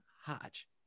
Hodge